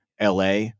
LA